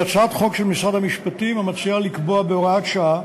היא הצעת חוק של משרד המשפטים המציעה לקבוע בהוראת שעה